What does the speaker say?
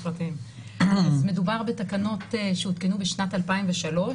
מדובר בתקנות שעודכנו בשנת 2003,